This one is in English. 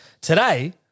today –